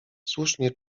słusznie